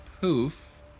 poof